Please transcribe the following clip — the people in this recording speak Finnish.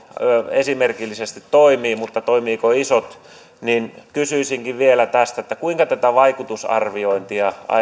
esimerkillisesti toimii mutta toimivatko isot kysyisinkin vielä tästä kuinka tätä vaikutusarviointia